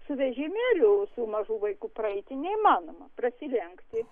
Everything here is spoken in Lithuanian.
su vežimėliu su mažu vaiku praeiti neįmanoma prasilenkti